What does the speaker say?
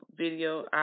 video